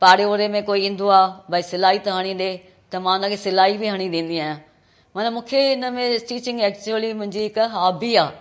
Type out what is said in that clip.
पाड़े वारे में कोई ईंदो आहे भई सिलाई त हणी ॾिए त मां हुन खे सिलाई बि हणी ॾींदी आहियां माना मूंखे हिन में स्टिचिंग ऐक्चुअली मुंहिंजी हिकु हॉबी आहे